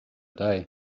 day